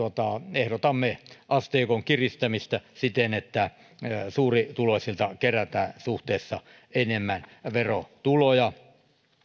ehdotamme asteikon kiristämistä siten että suurituloisilta kerätään suhteessa enemmän verotuloja